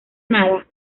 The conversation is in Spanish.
nada